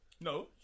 No